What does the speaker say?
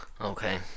Okay